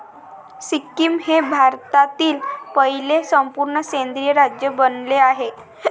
सिक्कीम हे भारतातील पहिले संपूर्ण सेंद्रिय राज्य बनले आहे